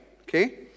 Okay